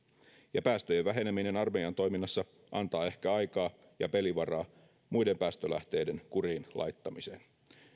ja päästöjen väheneminen armeijan toiminnassa antaa ehkä aikaa ja pelivaraa muiden päästölähteiden kuriin laittamiseen